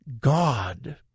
God